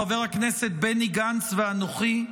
חבר הכנסת בני גנץ ואנוכי,